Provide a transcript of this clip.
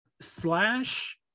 Slash